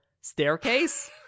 staircase